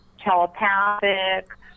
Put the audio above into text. telepathic